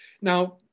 Now